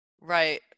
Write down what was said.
Right